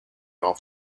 off